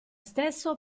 stesso